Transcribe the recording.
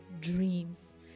dreams